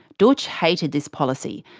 dootch hated this policy,